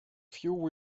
few